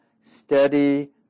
steady